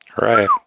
Right